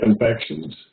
infections